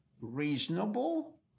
reasonable